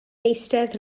eistedd